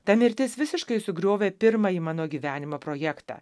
ta mirtis visiškai sugriovė pirmąjį mano gyvenimo projektą